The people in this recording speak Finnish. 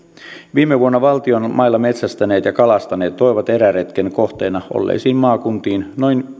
viime vuonna valtion mailla metsästäneet ja kalastaneet toivat eräretkien kohteina olleisiin maakuntiin